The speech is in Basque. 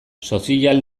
sozial